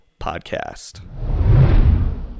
podcast